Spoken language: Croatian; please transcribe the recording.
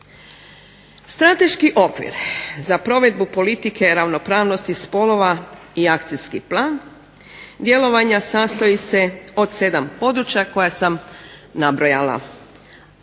Strateški okvir za provedbu politike ravnopravnosti spolova i akacijski plan djelovanja sastoji se od 7 područja koja sam nabrojala.